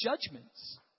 judgments